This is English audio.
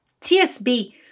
TSB